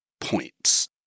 points